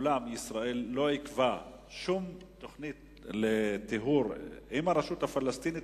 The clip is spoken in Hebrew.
מעולם לא עיכבה ישראל שום תוכנית לטיהור עם הרשות הפלסטינית.